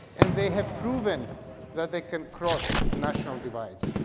and they have proven that they can cross national divides.